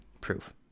proof